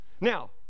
now